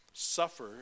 Suffer